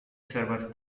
server